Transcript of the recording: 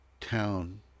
town